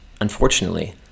unfortunately